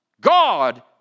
God